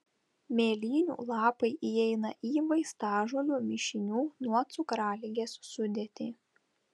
mėlynių lapai įeina į vaistažolių mišinių nuo cukraligės sudėtį